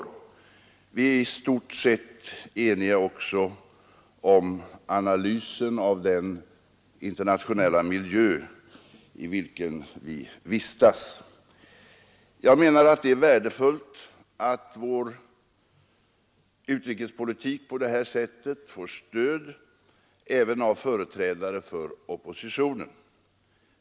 Vi är i stort sett eniga också om analysen av den internationella miljö, i vilken vi lever. Jag menar att det är värdefullt att vår utrikespolitik på det här sättet får stöd även av företrädare för oppositionen.